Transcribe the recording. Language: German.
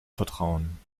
vertrauen